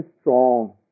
strong